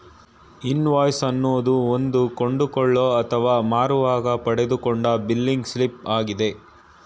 invoice ಅನ್ನೋದು ಒಂದು ಕೊಂಡುಕೊಳ್ಳೋ ಅಥವಾ ಮಾರುವಾಗ ಪಡೆದುಕೊಂಡ ಬಿಲ್ಲಿಂಗ್ ಸ್ಲಿಪ್ ಆಗಿದೆ